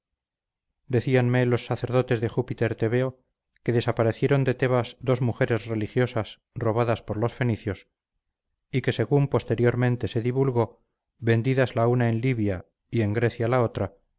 egipcios decíanme los sacerdotes de júpiter tebéo que desaparecieron de tebas dos mujeres religiosas robadas por los fenicios y que según posteriormente se divulgó vendidas la una en libia y en grecia la otra